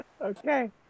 okay